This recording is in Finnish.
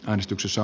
äänestyksessä